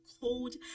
cold